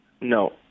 No